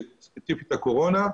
הקורונה,